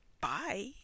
Bye